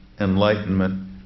Enlightenment